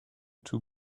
too